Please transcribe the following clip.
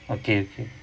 okay okay